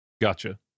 Gotcha